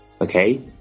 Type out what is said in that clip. Okay